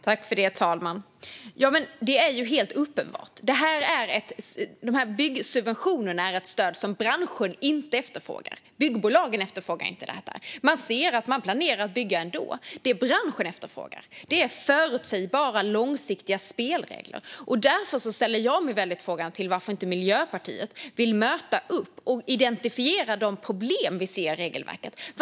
Herr talman! Det är ju helt uppenbart: Byggsubventionerna är ett stöd som branschen inte efterfrågar. Byggbolagen efterfrågar inte detta. De planerar att bygga ändå. Det branschen efterfrågar är förutsägbara, långsiktiga spelregler. Därför ställer jag mig väldigt frågande till varför Miljöpartiet inte vill möta upp och identifiera de problem i regelverket som vi ser.